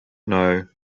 know